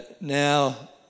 now